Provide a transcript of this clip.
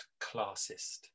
classist